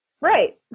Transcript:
right